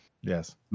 Yes